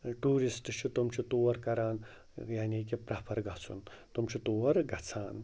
tourist چھِ تِم چھِ تور کَران یعنی کہِ پرٛٮ۪فَر گَژھُن تِم چھِ تور گَژھان